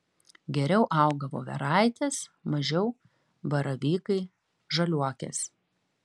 geriau auga voveraitės mažiau baravykai žaliuokės